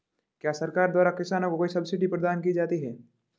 क्या सरकार द्वारा किसानों को कोई सब्सिडी प्रदान की जाती है?